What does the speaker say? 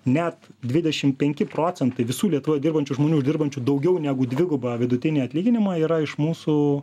net dvidešim penki procentai visų lietuvoje dirbančių žmonių dirbančių daugiau negu dvigubą vidutinį atlyginimą yra iš mūsų